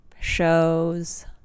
shows